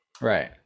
Right